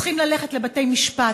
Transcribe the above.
צריכים ללכת לבתי-משפט,